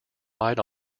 relied